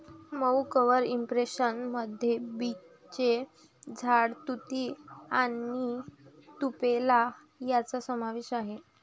मऊ cover impression मध्ये बीचचे झाड, तुती आणि तुपेलो यांचा समावेश आहे